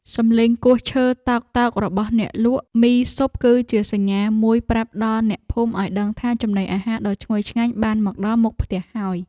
សំឡេងគោះឈើតោកៗរបស់អ្នកលក់មីស៊ុប គឺជាសញ្ញាមួយប្រាប់ដល់អ្នកភូមិឱ្យដឹងថាចំណីអាហារដ៏ឈ្ងុយឆ្ងាញ់បានមកដល់មុខផ្ទះហើយ។